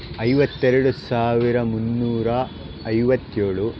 ಐವತ್ತೆರಡು ಸಾವಿರ ಮುನ್ನೂರ ಐವತ್ತೇಳು